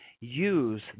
use